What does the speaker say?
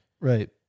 Right